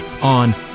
on